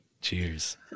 Cheers